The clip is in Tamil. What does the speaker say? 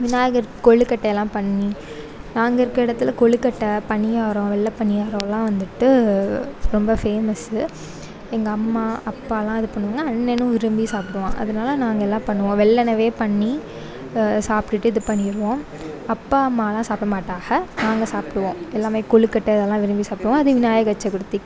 விநாயகர் கொழுக்கட்டையலாம் பண்ணி நாங்கள் இருக்க இடத்துல கொழுக்கட்டை பணியாரம் வெள்ளை பணியாரலாம் வந்துவிட்டு ரொம்ப ஃபேமஸு எங்கள் அம்மா அப்பாலாம் இது பண்ணுவாங்க அண்ணனும் விரும்பி சாப்பிடுவான் அதனால நாங்கள் எல்லாம் பண்ணுவோம் வெள்ளனவே பண்ணி சாப்பிட்டுட்டு இது பண்ணிடுவோம் அப்பா அம்மாலாம் சாப்பிட மாட்டாங்க நாங்கள் சாப்பிடுவோம் எல்லாம் கொழுக்கட்டை இதல்லாம் விரும்பி சாப்பிடுவோம் அது விநாயகர் சதுர்த்திக்கு